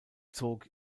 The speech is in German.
zog